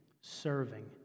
serving